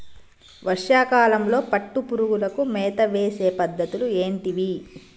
వర్షా కాలంలో పట్టు పురుగులకు మేత వేసే పద్ధతులు ఏంటివి?